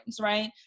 right